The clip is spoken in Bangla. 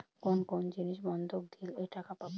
কোন কোন জিনিস বন্ধক দিলে টাকা পাব?